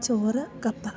ചോറ് കപ്പ